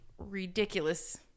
ridiculous